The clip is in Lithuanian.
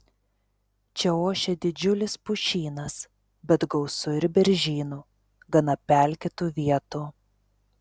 čia ošia didžiulis pušynas bet gausu ir beržynų gana pelkėtų vietų